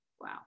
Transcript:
wow